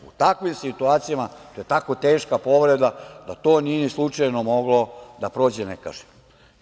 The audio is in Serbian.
U takvim situacijama, to je tako teška povreda da to nije slučajno moglo da prođe nekažnjeno.